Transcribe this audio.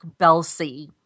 Belsey